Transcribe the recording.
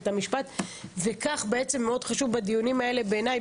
המשפט וכך בעצם מאוד חשוב בדיונים האלה בעיניי,